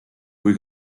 kui